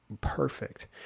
perfect